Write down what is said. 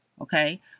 okay